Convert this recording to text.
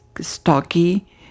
stocky